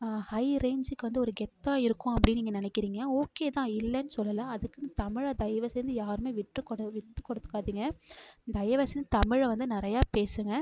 high ரேஞ்சுக்கு வந்து ஒரு கெத்தாக இருக்கும் அப்படின்னு நீங்கள் நினைக்கிறீங்க ஓகே தான் இல்லைன்னு சொல்லலை அதுக்குன்னு தமிழை தயவு செஞ்சு யாருமே விற்று கொட வித்து கொடுத்துக்காதீங்க தயவு செஞ்சு தமிழை வந்து நிறையா பேசுங்க